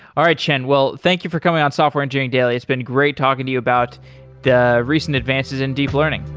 all right, xin. well, thank you for coming on software engineering daily. it's been great talking to you about the recent advances in deep learning.